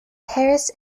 paris